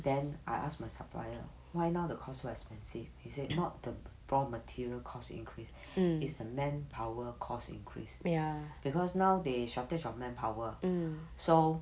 then I ask my supplier why now the cost so expensive he say not the raw material costs increase is the manpower costs increase because now they shortage of manpower so